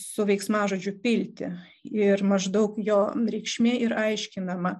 su veiksmažodžiu pilti ir maždaug jo reikšmė ir aiškinama